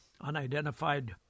unidentified